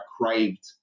craved